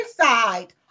inside